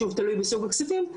שוב תלוי בסוג הכספים,